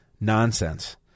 nonsense